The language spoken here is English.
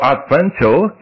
Adventure